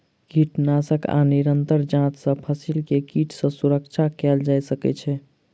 कीटनाशक आ निरंतर जांच सॅ फसिल के कीट सॅ सुरक्षा कयल जा सकै छै